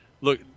look